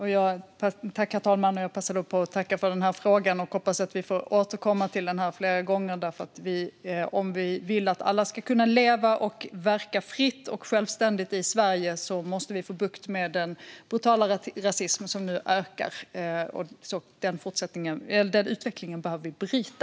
Herr talman! Jag tackar för frågan och hoppas att vi får återkomma till den fler gånger. Om vi vill att alla ska kunna leva och verka fritt och självständigt i Sverige måste vi få bukt med den brutala rasism som nu ökar. Den utvecklingen behöver vi bryta.